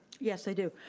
yes, i do.